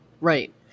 Right